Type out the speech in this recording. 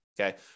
okay